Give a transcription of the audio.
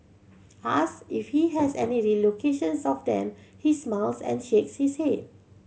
asked if he has any relocations of them he smiles and shakes his head